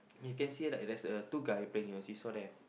you can see right there's two guys playing the seesaw there